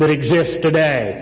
but exists today